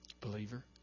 Believer